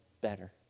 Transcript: better